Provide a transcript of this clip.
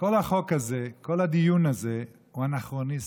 כל החוק הזה, כל הדיון הזה הוא אנכרוניסטי,